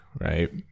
right